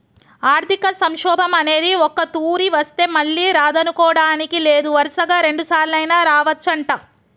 ఆర్థిక సంక్షోభం అనేది ఒక్కతూరి వస్తే మళ్ళీ రాదనుకోడానికి లేదు వరుసగా రెండుసార్లైనా రావచ్చంట